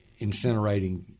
incinerating